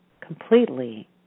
completely